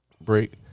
break